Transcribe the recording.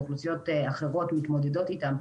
ואוכלוסיות אחרות מתמודדות איתם,